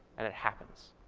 and it happens.